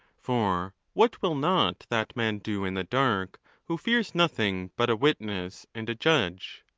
for what will not that man do in the dark who fears nothing but a witness and a judge?